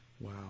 Wow